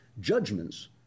judgments